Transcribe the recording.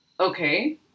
Okay